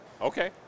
Okay